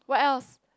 what else